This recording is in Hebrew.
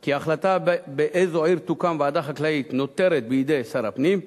כי ההחלטה באיזו עיר תוקם ועדה חקלאית נותרת בידי שר הפנים,